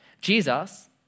Jesus